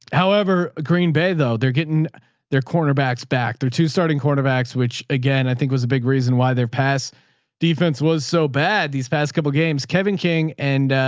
however, green bay though, they're getting their cornerbacks back there too. starting quarterbacks, which again, i think it was a big reason why their past defense was so bad. these past couple of games, kevin king and